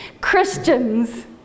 Christians